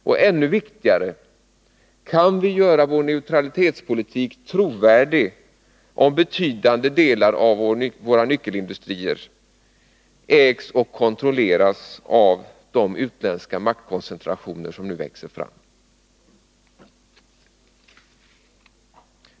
Och ännu viktigare: Kan vi göra vår neutralitetspolitik trovärdig om betydande delar av våra nyckelindustrier ägs och kontrolleras av de utländska maktkoncentrationer som nu växer fram?